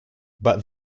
but